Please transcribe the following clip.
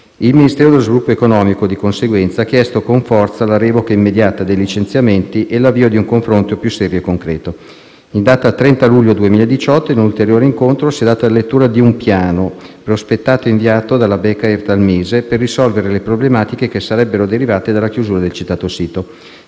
Il Ministero dello sviluppo economico, di conseguenza, ha chiesto con forza la revoca immediata dei licenziamenti e l'avvio di un confronto più serio e concreto. In data 30 luglio 2018, in un ulteriore incontro, si è data lettura di un piano prospettato e inviato dalla Bekaert al Ministero dello sviluppo economico per risolvere le problematiche che sarebbero derivate dalla chiusura del citato sito.